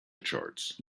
charts